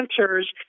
answers